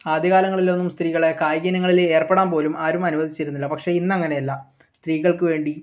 ആദ്യകാലങ്ങളിലൊന്നും സ്ത്രീകളെ കായിക ഇനങ്ങളിൽ ഏർപ്പെടാൻ പോലും ആരും അനുവദിച്ചിരുന്നില്ല പക്ഷെ ഇന്നങ്ങനെ അല്ല സ്ത്രീകൾക്ക് വേണ്ടി